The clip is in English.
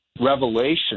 revelation